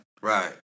Right